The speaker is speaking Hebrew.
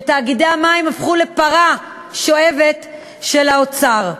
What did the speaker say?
שכן תאגידי המים הפכו לפרה חולבת של האוצר.